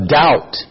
doubt